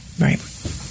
Right